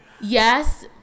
yes